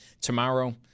Tomorrow